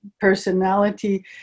personality